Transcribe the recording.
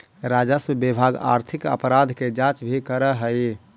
राजस्व विभाग आर्थिक अपराध के जांच भी करऽ हई